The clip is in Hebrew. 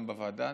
גם בוועדה.